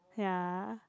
ya